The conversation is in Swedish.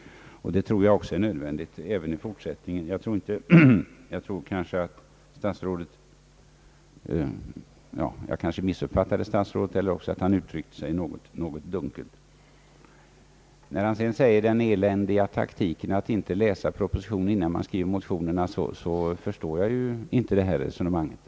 Det tror jag är nödvändigt även i fortsättningen. Jag kanske här missuppfattade statsrådet; måhända uttryckte han sig något dunkelt. När han sedan talar om »den eländiga taktiken att inte läsa propositionerna innan man skriver motioner», så förstår jag inte det resonemanget.